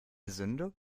sünde